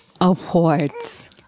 awards